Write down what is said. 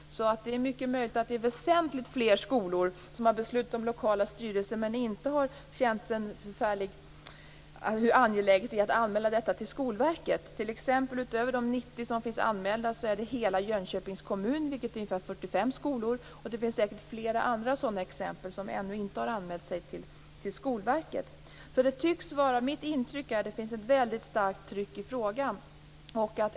Det är mycket möjligt att det är väsentligt fler skolor som har beslutat om lokala styrelser men som inte har känt det som någon större angelägenhet att anmäla detta till Skolverket. Utöver de 90 som finns anmälda kommer hela Jönköpings kommun, vilket är ungefär 45 skolor. Det finns säkert flera andra sådana exempel på att man ännu inte har anmält sig till Skolverket. Mitt intryck är att det finns ett mycket starkt tryck i frågan.